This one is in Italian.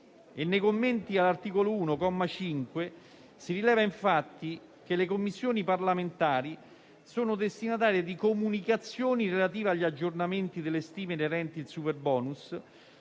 Nei commenti all'articolo 1, comma 5, si rileva infatti che le Commissioni parlamentari sono destinatarie di comunicazioni relative agli aggiornamenti delle stime inerenti il superbonus;